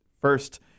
first